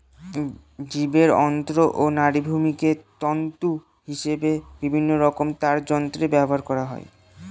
জীবের অন্ত্র ও নাড়িভুঁড়িকে তন্তু হিসেবে বিভিন্নরকমের তারযন্ত্রে ব্যবহার করা হয়